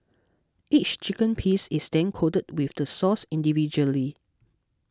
each chicken piece is then coated with the sauce individually